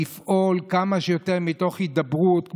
לפעול כמה שיותר מתוך הידברות,